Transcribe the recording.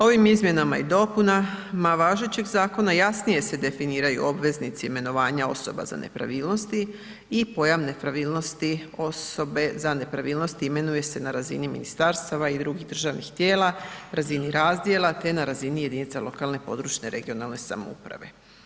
Ovim izmjenama i dopunama važećeg zakona jasnije se definiraju obveznici imenovanja osoba za nepravilnosti i pojam nepravilnost osobe za nepravilnosti imenuje se na razini ministarstava i drugih državnih tijela, razini razdjela te na razini jedinica lokalne, područne (regionalne) samouprave.